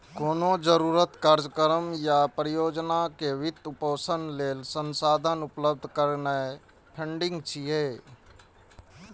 कोनो जरूरत, कार्यक्रम या परियोजना के वित्त पोषण लेल संसाधन उपलब्ध करेनाय फंडिंग छियै